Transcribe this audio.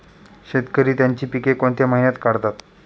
शेतकरी त्यांची पीके कोणत्या महिन्यात काढतात?